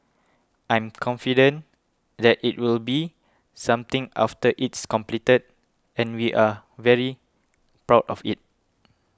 I'm confident that it will be something after it's completed and we are very proud of it